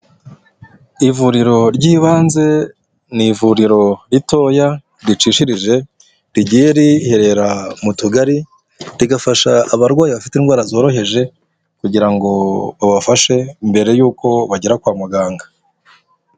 Ivuriro ry'ibanze, ni ivuriro ritoya ricishirije, rigiye riherera mu tugari, rigafasha abarwayi bafite indwara zoroheje kugira ngo babafashe mbere yuko bagera kwa muganga.